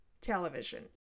television